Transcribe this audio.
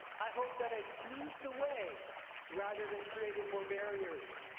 i hope that i smoothed the way rather than created more barriers.